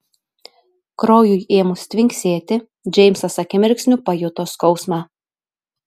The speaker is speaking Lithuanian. kraujui ėmus tvinksėti džeimsas akimirksniu pajuto skausmą